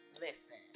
Listen